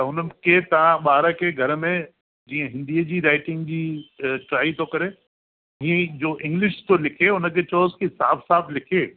त हुननि के तव्हां ॿार खे घर में जीअं हिंदीअ जी राइटिंग जी अ ट्राइ थो करे ईअं ई जो इंग्लिश थो लिखे उन खे चयोसि की साफ़ु साफ़ु लिखे